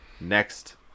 Next